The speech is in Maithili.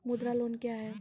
मुद्रा लोन क्या हैं?